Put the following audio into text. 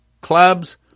clubs